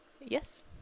Yes